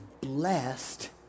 blessed